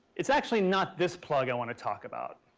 it's actually not this plug i want to talk about.